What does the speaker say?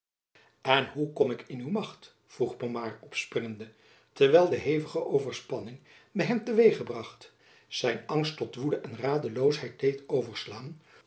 en hoe kom ik in uw macht vroeg pomard opspringende terwijl de hevige overspanning by hem te weeg gebracht zijn angst tot woede en radeloosheid deed overslaan